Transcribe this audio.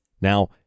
Now